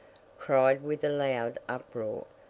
cried with a loud uproar,